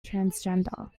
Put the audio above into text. transgender